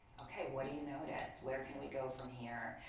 okay, what do you notice? where can we go from here?